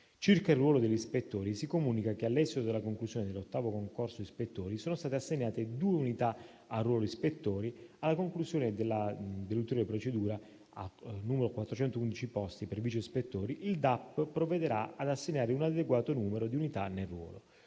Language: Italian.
Circa il ruolo degli ispettori, si comunica che, all'esito della conclusione dell'ottavo concorso per ispettori, sono state assegnate 2 unità al ruolo ispettori e, alla conclusione della ulteriore procedura per numero 411 posti per vice ispettori, il DAP provvederà ad assegnare un adeguato numero di unità nel ruolo.